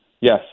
yes